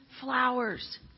flowers